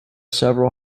several